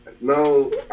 No